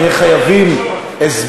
שבדרך כלל יש לו תמיד בשורות אופנתיות,